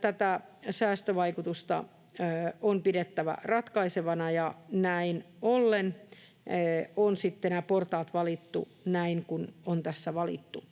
tätä säästövaikutusta on siis pidettävä ratkaisevana, ja näin ollen on sitten nämä portaat valittu näin kuin on tässä valittu.